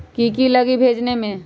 की की लगी भेजने में?